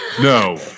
No